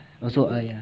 also err ya